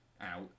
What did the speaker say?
out